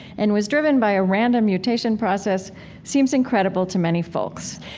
and was driven by a random mutation process seems incredible to many folks.